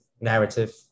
narrative